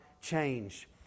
change